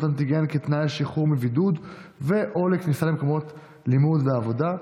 אנטיגן כתנאי לשחרור מבידוד ו/או לכניסה למקומות לימוד ועבודה,